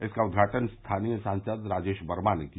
इसका उद्घाटन स्थानीय सांसद राजेश वर्मा ने किया